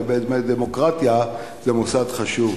ובדמוקרטיה זה מוסד חשוב.